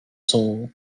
toll